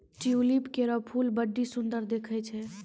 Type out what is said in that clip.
tulip केरो फूल बड्डी सुंदर दिखै छै